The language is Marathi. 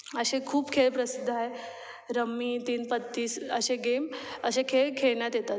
असे खूप खेळ प्रसिद्ध आहे रमी तीन पत्ती असे गेम असे खेळ खेळण्यात येतात